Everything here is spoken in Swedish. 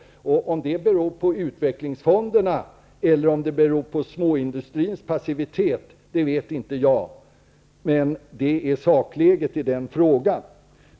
Om det beror på utvecklingsfonderna eller om det beror på småindustrins passivitet vet jag inte, men det är sakläget i den frågan.